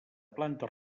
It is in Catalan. planta